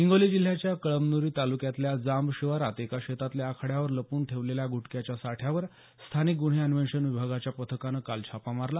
हिंगोली जिल्ह्याच्या कळमन्री तालुक्यातल्या जांब शिवारात एका शेतातल्या आखाड्यावर लपवून ठेवलेल्या गुटख्याच्या साठ्यावर स्थानिक गुन्हे अन्वेषण विभागाच्या पथकानं काल छापा मारला